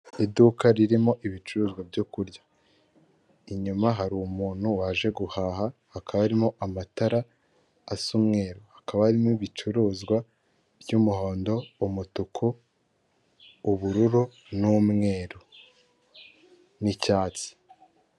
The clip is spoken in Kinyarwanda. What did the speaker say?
Icyumba cyagenewe gukorerwamo inama, giteguyemo intebe ndetse n'ameza akorerwaho inama, cyahuriwemo n'abantu benshi baturuka mu bihugu bitandukanye biganjemo abanyafurika ndetse n'abazungu, aho bari kuganira ku bintu bitandukanye byabahurije muri iyi nama barimo.